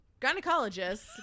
gynecologists